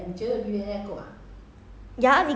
!haiya! 可以中 TOTO 就好